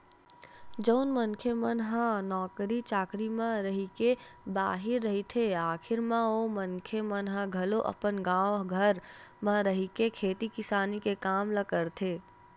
जउन मनखे मन ह नौकरी चाकरी म रहिके बाहिर रहिथे आखरी म ओ मनखे मन ह घलो अपन गाँव घर म रहिके खेती किसानी के काम ल करथे